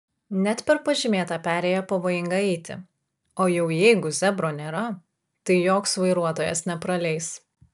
net per pažymėtą perėją pavojinga eiti o jau jeigu zebro nėra tai joks vairuotojas nepraleis